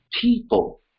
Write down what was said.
people